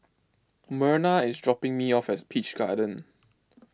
Merna is dropping me off as Peach Garden